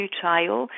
trial